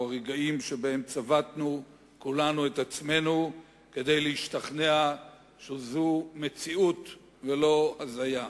או הרגעים שבהם צבטנו כולנו את עצמנו כדי להשתכנע שזו מציאות ולא הזיה.